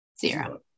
Zero